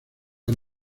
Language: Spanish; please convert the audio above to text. son